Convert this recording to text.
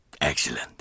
Excellent